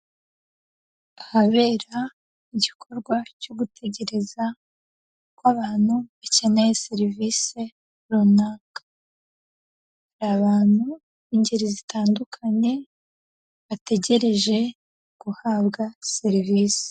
Ahabera igikorwa cyo gutegereza kw'abantu bakeneye serivisi runaka. Hari abantu b'ingeri zitandukanye bategereje guhabwa serivisi.